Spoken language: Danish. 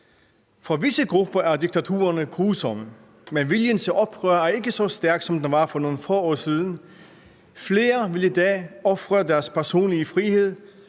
For visse grupper er diktaturerne grusomme, men viljen til oprør er ikke så stærk, som den var for nogle få år siden. Flere vil i dag ofre den personlige frihed